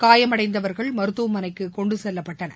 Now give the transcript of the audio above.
காயமடைந்தவர்கள் மருத்துவமனைக்குகொண்டுசெல்லப்பட்டனர்